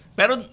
pero